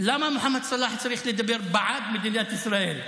למה מוחמד סלאח צריך לדבר בעד מדינת ישראל?